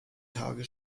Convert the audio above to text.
tage